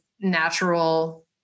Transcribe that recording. natural